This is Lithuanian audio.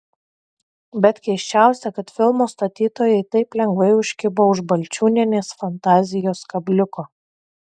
bet keisčiausia kad filmo statytojai taip lengvai užkibo už balčiūnienės fantazijos kabliuko